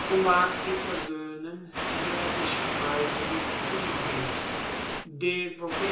so mag sie versoehnen wer sich freiwillig hingibt